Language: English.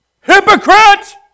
Hypocrite